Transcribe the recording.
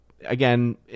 again